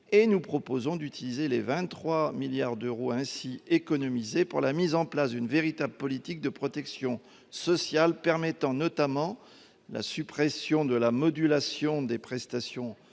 et de consacrer les 23 milliards d'euros ainsi économisés à la mise en place d'une véritable politique de protection sociale permettant notamment la suppression de la modulation des prestations